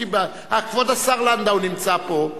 כבוד השר לנדאו נמצא פה,